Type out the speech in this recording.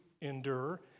endure